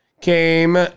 came